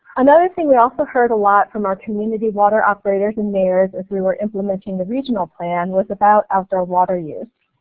another thing we also heard a lot from our community water operators and as we were implementing the regional plan was about outdoor water use,